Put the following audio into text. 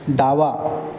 डावा